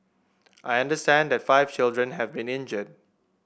I understand that five children have been injured